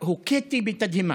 הוכיתי בתדהמה